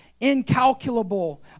Incalculable